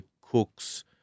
Cooks